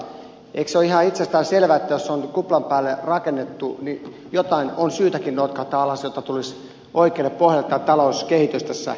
mutta eikö se ole ihan itsestäänselvää että jos on kuplan päälle rakennettu niin jotain on syytäkin notkahtaa alas jotta tulisi oikealle pohjalle tämä talouskehitys suomessa ja euroopassa